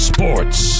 Sports